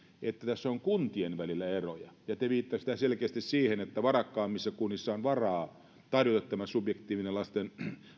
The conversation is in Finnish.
että tässä on kuntien välillä eroja ja te viittasitte selkeästi siihen että varakkaammissa kunnissa on varaa tarjota tämä subjektiivinen lasten